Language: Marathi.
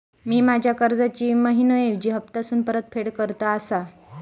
म्या माझ्या कर्जाची मैहिना ऐवजी हप्तासून परतफेड करत आसा